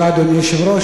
אדוני היושב-ראש,